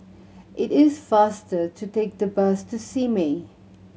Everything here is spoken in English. it is faster to take the bus to Simei